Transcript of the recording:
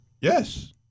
Yes